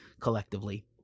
collectively